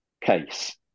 case